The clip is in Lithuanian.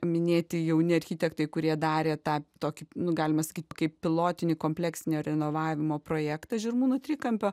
minėti jauni architektai kurie darė tą tokį nu galima sakyt kaip pilotinį kompleksinio renovavimo projektą žirmūnų trikampio